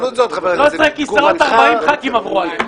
13 כיסאות 40 חברי כנסת עברו עליהם.